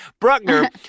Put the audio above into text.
Bruckner